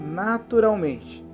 naturalmente